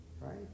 Right